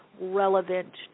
relevant